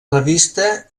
revista